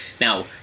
Now